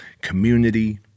community